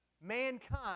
Mankind